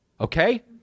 Okay